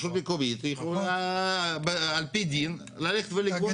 רשות מקומית יכולה על פי דין ללכת ולגבות.